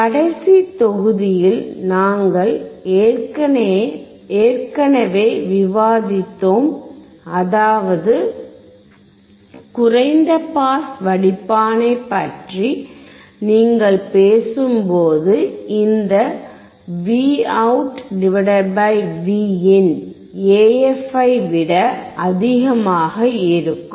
கடைசி தொகுதியில் நாங்கள் ஏற்கனவே விவாதித்தோம் அதாவது குறைந்த பாஸ் வடிப்பானைப் பற்றி நீங்கள் பேசும்போது இந்த Vout Vin AF ஐ விட அதிகமாக இருக்கும்